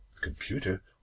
computer